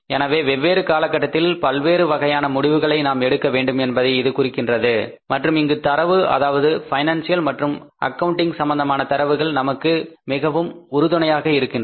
எனவே வெவ்வேறு காலகட்டத்தில் பல்வேறு வகையான முடிவுகளை நாம் எடுக்க வேண்டும் என்பதை இது குறிக்கின்றது மற்றும் இங்கு தரவு அதாவது பினான்சியல் மற்றும் அக்கவுண்டிங் சம்பந்தமான தரவுகள் நமக்கு மிகவும் உறுதுணையாக இருக்கின்றன